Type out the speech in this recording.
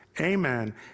amen